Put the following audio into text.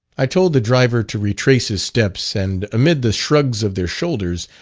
i told the driver to retrace his steps, and, amid the shrugs of their shoulders,